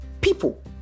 People